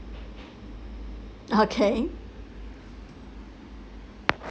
okay